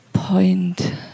Point